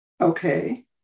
Okay